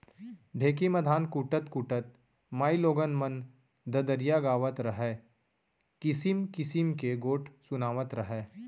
ढेंकी म धान कूटत कूटत माइलोगन मन ददरिया गावत रहयँ, किसिम किसिम के गोठ सुनातव रहयँ